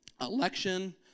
election